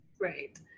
right